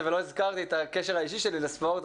ולא הזכרתי את הקשר האישי שלי לספורט,